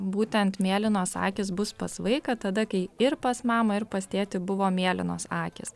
būtent mėlynos akys bus pas vaiką tada kai ir pas mamą ir pas tėtį buvo mėlynos akys